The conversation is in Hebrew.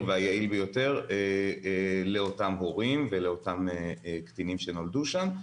והיעיל ביותר לאותם הורים ולאותם קטינים שנולדו שם,